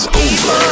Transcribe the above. over